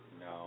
no